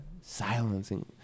silencing